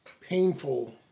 painful